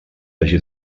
hagi